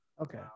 Okay